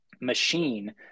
machine